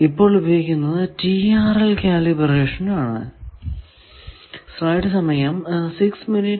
ഇപ്പോൾ ഉപയോഗിക്കുന്നത് TRL calibration ആണ്